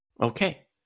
Okay